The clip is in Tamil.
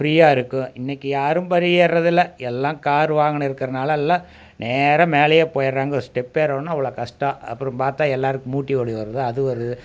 ஃப்ரீயாக இருக்கும் இன்றைக்கி யாரும் படியேறுகிறதில்ல எல்லாம் கார் வாங்கியிருக்குறனால எல்லாம் நேராக மேலேயே போயிடுறாங்க ஸ்டெப் ஏறுணுன்னால் அவ்வளோ கஷ்டம் அப்புறம் பார்த்தா எல்லாேருக்கும் மூட்டு வலி வருது அது வருது